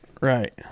Right